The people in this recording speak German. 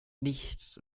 nichts